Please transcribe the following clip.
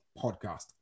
Podcast